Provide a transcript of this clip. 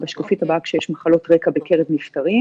בשקופית הבאה כשיש מחלות רקע בקרב נפטרים